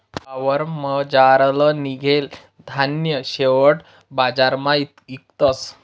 वावरमझारलं निंघेल धान्य शेवट बजारमा इकतस